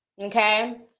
Okay